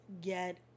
get